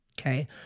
Okay